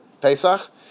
Pesach